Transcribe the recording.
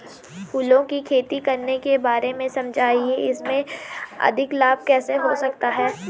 फूलों की खेती करने के बारे में समझाइये इसमें अधिक लाभ कैसे हो सकता है?